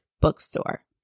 bookstore